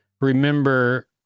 remember